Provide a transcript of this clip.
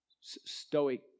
stoic